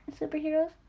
superheroes